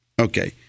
Okay